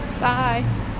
Bye